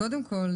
קודם כול,